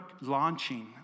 launching